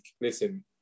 listen